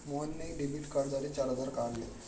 मोहनने डेबिट कार्डद्वारे चार हजार काढले